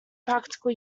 practical